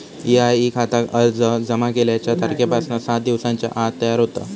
EIE खाता अर्ज जमा केल्याच्या तारखेपासना सात दिवसांच्या आत तयार होता